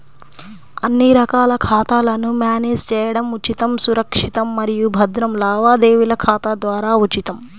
అన్ని రకాల ఖాతాలను మ్యానేజ్ చేయడం ఉచితం, సురక్షితం మరియు భద్రం లావాదేవీల ఖాతా ద్వారా ఉచితం